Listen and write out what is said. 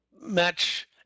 match